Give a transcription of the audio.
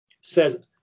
says